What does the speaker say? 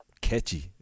catchy